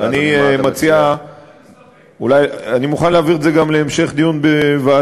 אני מוכן להעביר את זה גם להמשך דיון בוועדה,